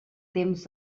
temps